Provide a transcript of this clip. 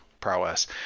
prowess